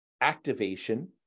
activation